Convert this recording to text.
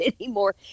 anymore